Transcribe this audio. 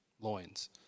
loins